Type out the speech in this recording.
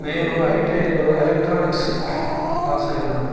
నేను ఐటీఐలో electronics pass అయినాను